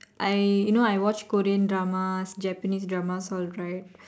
I you know I watch Korean dramas Japanese dramas all right